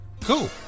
Cool